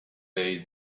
day